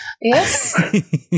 Yes